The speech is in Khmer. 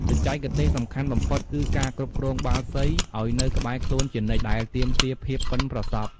បច្ចេកទេសសំខាន់បំផុតគឺការគ្រប់គ្រងបាល់សីឱ្យនៅក្បែរខ្លួនជានិច្ច ដែលទាមទារភាពប៉ិនប្រសប់។